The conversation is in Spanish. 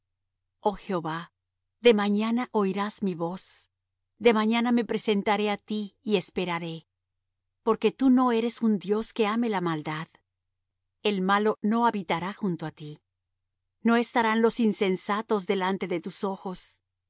oh jehová de mañana oirás mi voz de mañana me presentaré á ti y esperaré porque tú no eres un dios que ame la maldad el malo no habitará junto á ti no estarán los insensatos delante de tus ojos